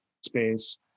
space